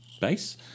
base